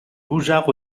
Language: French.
goujats